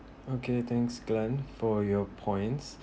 okay thanks glen for your points